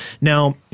now